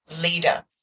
leader